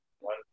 one